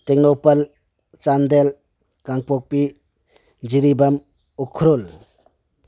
ꯇꯦꯡꯅꯧꯄꯜ ꯆꯥꯟꯗꯦꯜ ꯀꯥꯡꯄꯣꯛꯄꯤ ꯖꯤꯔꯤꯕꯥꯝ ꯎꯈ꯭ꯔꯨꯜ